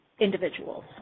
individuals